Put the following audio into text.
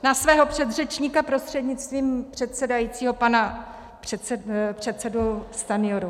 Na svého předřečníka, prostřednictvím předsedajícího pana předsedu Stanjuru.